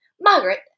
Margaret